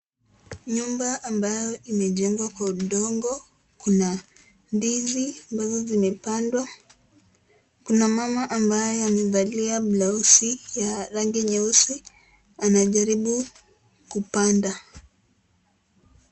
Nyumba ambayo imejengwa kwa udongo. Kuna ndizi ambazo zimepandwa. Kuna mama ambaye amevalia blausi ya rangi nyeusi, anajaribu kupanda.